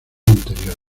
anterior